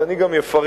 אז אני גם אפרט